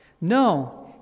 no